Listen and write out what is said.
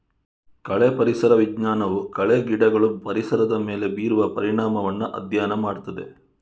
ಕಳೆ ಪರಿಸರ ವಿಜ್ಞಾನವು ಕಳೆ ಗಿಡಗಳು ಪರಿಸರದ ಮೇಲೆ ಬೀರುವ ಪರಿಣಾಮವನ್ನ ಅಧ್ಯಯನ ಮಾಡ್ತದೆ